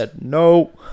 No